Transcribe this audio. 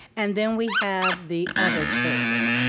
and then we have the other children,